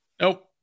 Nope